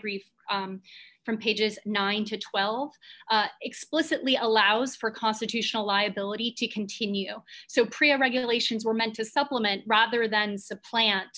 brief from pages nine to twelve explicitly allows for constitutional liability to continue so priya regulations were meant to supplement rather than supplant